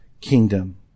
kingdom